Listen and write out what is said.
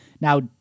Now